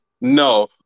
No